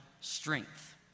strength